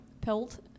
pelt